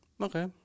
Okay